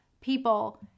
people